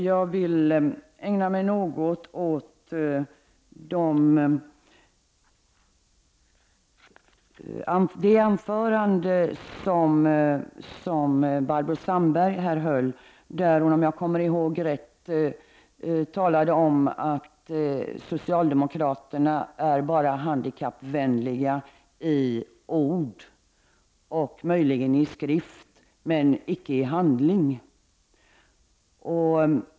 Jag vill ägna mig något åt det anförande som Barbro Sandberg höll här där hon, om jag kommer ihåg rätt, talade om att socialdemokraterna bara är handikappvänliga i ord och möjligen i skrift men icke i handling.